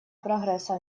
прогресса